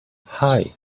hei